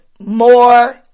More